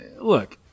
Look